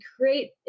create